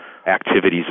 activities